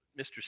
Mr